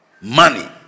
money